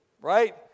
right